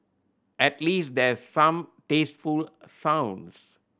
at least there's some tasteful sounds